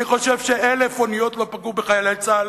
אני חושב שאלף אוניות לא פגעו בחיילי צה"ל